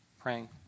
praying